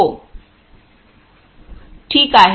हो ठीक आहे